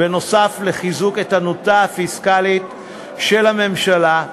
נוסף על חיזוק איתנותה הפיסקלית של הממשלה,